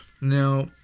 Now